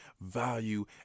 value